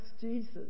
Jesus